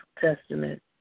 Testament